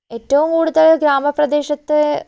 ഏറ്റവും കൂടുതൽ ഗ്രാമപ്രദേശത്ത്